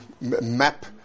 map